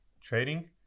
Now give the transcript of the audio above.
trading